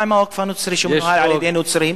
מה עם הווקף הנוצרי, שמנוהל על-ידי נוצרים?